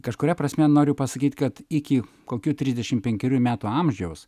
kažkuria prasme noriu pasakyt kad iki kokių trisdešimt penkerių metų amžiaus